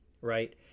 right